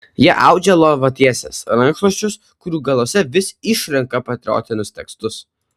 ji audžia lovatieses rankšluosčius kurių galuose vis išrenka patriotinius tekstus